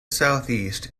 southeast